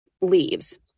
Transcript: leaves